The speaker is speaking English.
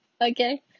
Okay